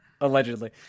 Allegedly